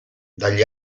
dagli